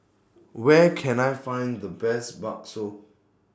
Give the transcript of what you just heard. Where Can I Find The Best Bakso